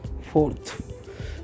Fourth